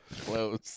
close